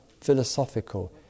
philosophical